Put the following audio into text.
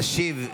תשיב,